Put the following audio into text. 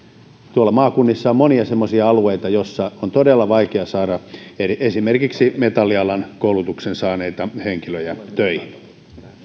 tuolla maakunnissa on monia semmoisia alueita missä on todella vaikeaa saada esimerkiksi metallialan koulutuksen saaneita henkilöitä töihin